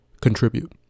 contribute